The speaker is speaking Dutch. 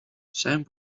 zijn